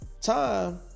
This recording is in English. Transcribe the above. time